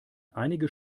einige